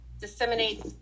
disseminate